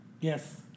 Yes